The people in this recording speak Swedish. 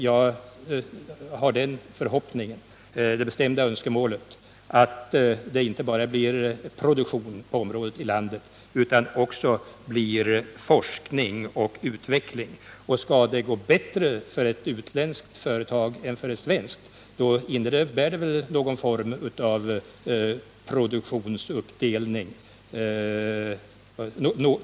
Jag har det bestämda önskemålet att det på detta område inte bara skall vara produktion utan även forskning och utveckling. Om det skall gå bättre för ett utländskt företag än för ett svenskt måste det väl bli fråga om någon form av produktionsuppdelning.